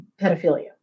pedophilia